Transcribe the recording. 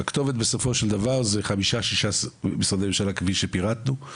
הכתובת בסופו של דבר זה 5-6 משרדי ממשלה כפי שפירטנו,